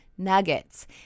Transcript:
Nuggets